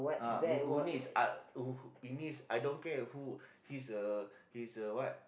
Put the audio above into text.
uh who who needs uh who you needs I don't care who he's a he's a what